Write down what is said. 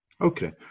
Okay